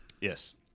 yes